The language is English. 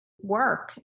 work